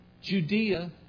Judea